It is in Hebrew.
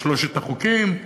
שלושת החוקים,